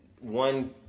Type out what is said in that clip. One